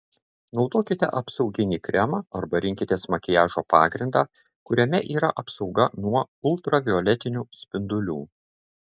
naudokite apsauginį kremą arba rinkitės makiažo pagrindą kuriame yra apsauga nuo ultravioletinių spindulių